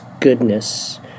goodness